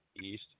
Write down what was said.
east